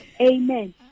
amen